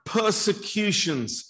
persecutions